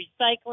recycling